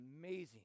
amazing